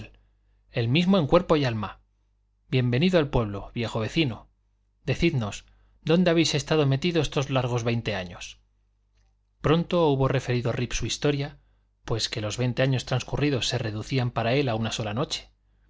el mismo en cuerpo y alma bien venido al pueblo viejo vecino decidnos dónde habéis estado metido estos largos veinte años pronto hubo referido rip su historia pues que los veinte años transcurridos se reducían para él a una sola noche